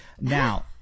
now